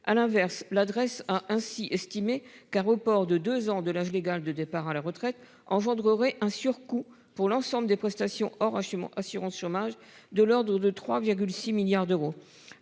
À l'inverse, l'adresse a ainsi estimé qu'un report de 2 ans de l'âge légal de départ à la retraite engendrerait un surcoût pour l'ensemble des prestations sur mon assurance chômage de l'ordre de 3,6 milliards d'euros,